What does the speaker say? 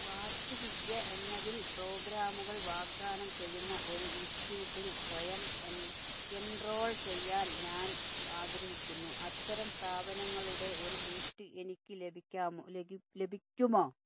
വാസ്തുവിദ്യ എന്നതിൽ പ്രോഗ്രാമുകൾ വാഗ്ദാനം ചെയ്യുന്ന ഒരു ഇൻസ്റ്റിറ്റ്യൂട്ടിൽ സ്വയം എൻറോൾ ചെയ്യാൻ ഞാൻ ആഗ്രഹിക്കുന്നു അത്തരം സ്ഥാപനങ്ങളുടെ ഒരു ലിസ്റ്റ് എനിക്ക് ലഭിക്കാമോ ലഭിക്കുമോ